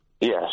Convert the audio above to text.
Yes